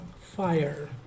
fire